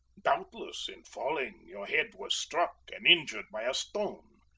doubtless in falling your head was struck and injured by a stone.